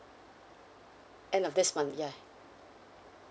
end of this month ya